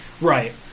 Right